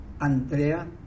Andrea